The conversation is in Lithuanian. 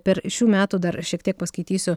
per šių metų dar šiek tiek paskaitysiu